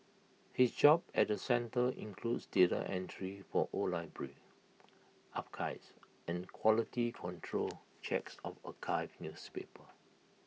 his job at the centre includes data entry for old library archives and quality control checks of archived newspapers